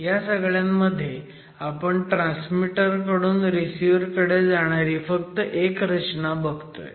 ह्या सगळ्यामध्ये आपण ट्रान्समीटर कडून रिसिव्हर कडे जाणारी फक्त एक रचना बघतोय